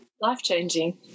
life-changing